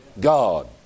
God